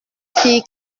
fille